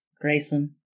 Grayson